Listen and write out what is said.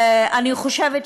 אותו דבר.